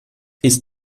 ist